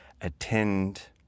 attend